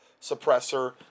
suppressor